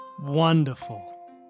Wonderful